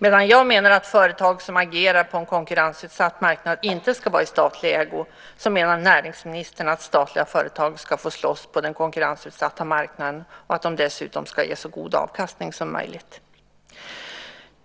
Medan jag menar att företag som agerar på en konkurrensutsatt marknad inte ska vara i statlig ägo menar näringsministern att statliga företag ska få slåss på den konkurrensutsatta marknaden och att de dessutom ska ge så god avkastning som möjligt.